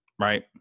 right